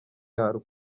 yarwo